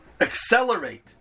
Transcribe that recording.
accelerate